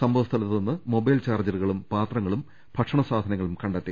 സംഭവ സ്ഥലത്തു നിന്ന് മൊബൈൽ ചാർജ്ജറുകളും പാത്രങ്ങളും ഭക്ഷണ സാധനങ്ങളും കണ്ടെത്തി